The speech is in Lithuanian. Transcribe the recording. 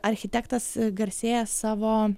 architektas garsėja savo